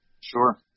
Sure